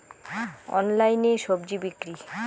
অনলাইনে স্বজি বিক্রি?